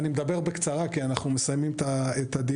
אני מדבר בקצרה כי אנחנו מסיימים את הדיון.